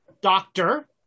Doctor